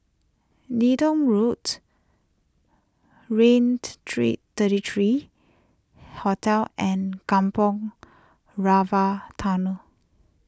Leedon Roads Raintr three thirty three Hotel and Kampong Rava Tunnel